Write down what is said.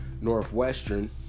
Northwestern